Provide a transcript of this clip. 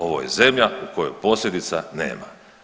Ovo je zemlja u kojoj posljedica nema.